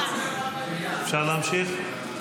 אפשר להמשיך?